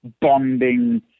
bonding